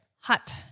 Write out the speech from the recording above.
Hot